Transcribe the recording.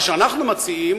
מה שאנחנו מציעים,